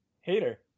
Hater